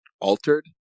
altered